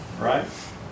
right